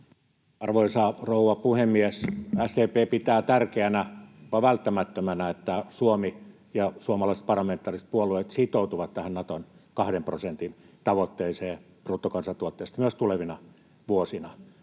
Arvoisa rouva puhemies! SDP pitää tärkeänä, jopa välttämättömänä, että Suomi ja suomalaiset parlamentaariset puolueet sitoutuvat tähän Naton kahden prosentin tavoitteeseen bruttokansantuotteesta myös tulevina vuosina.